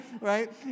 Right